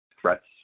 threats